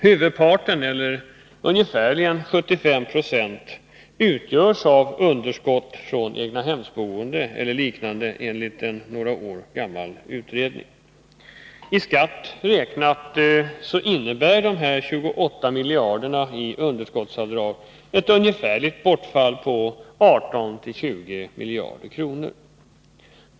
Huvudparten, eller ca 75 76, utgörs enligt en några år gammal utredning av underskott från egnahemsboende. I skatt räknat innebär dessa 28 miljarder kronor i underskottsavdrag ett bortfall på 18— 20 miljarder kronor.